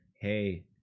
Hey